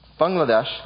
Bangladesh